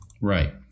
Right